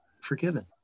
forgiven